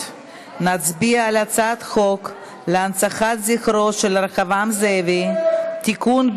על הצעת חוק להנצחת זכרו של רחבעם זאבי (תיקון,